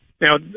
Now